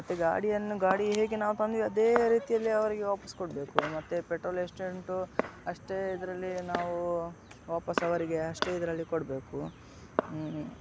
ಮತ್ತು ಗಾಡಿಯನ್ನು ಗಾಡಿ ಹೇಗೆ ನಾವು ತಂದೀವಿ ಅದೇ ರೀತಿಯಲ್ಲಿ ಅವರಿಗೆ ವಾಪಸ್ಸು ಕೊಡಬೇಕು ಮತ್ತೆ ಪೆಟ್ರೋಲ್ ಎಷ್ಟು ಉಂಟು ಅಷ್ಟೇ ಇದರಲ್ಲಿ ನಾವು ವಾಪಸ್ಸು ಅವರಿಗೆ ಅಷ್ಟೇ ಇದರಲ್ಲಿ ಕೊಡಬೇಕು